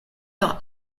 leur